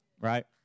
right